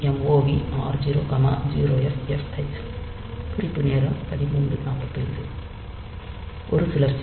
mov r0 0ffh குறிப்பு நேரம் 1341 ஒரு சுழற்சி